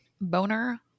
Boner